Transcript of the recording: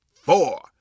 four